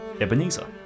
Ebenezer